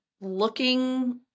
looking